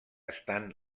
estan